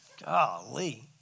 Golly